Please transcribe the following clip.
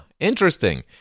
Interesting